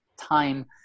time